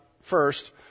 first